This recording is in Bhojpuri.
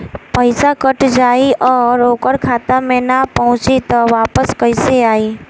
पईसा कट जाई और ओकर खाता मे ना पहुंची त वापस कैसे आई?